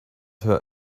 her